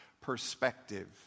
perspective